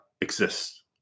exists